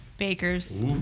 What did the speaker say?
Bakers